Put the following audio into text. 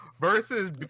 versus